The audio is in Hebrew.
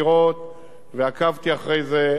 ועקבתי אחרי זה עוד לאחרונה,